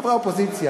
חברי האופוזיציה,